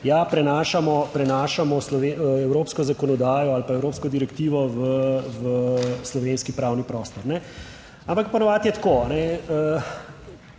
prenašamo evropsko zakonodajo ali pa evropsko direktivo v slovenski pravni prostor. Ampak ponavadi je tako: